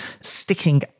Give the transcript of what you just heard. sticking